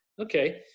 Okay